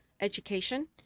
education